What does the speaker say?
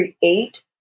Create